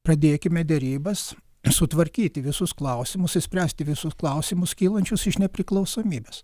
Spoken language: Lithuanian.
pradėkime derybas sutvarkyti visus klausimus išspręsti visus klausimus kylančius iš nepriklausomybės